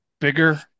bigger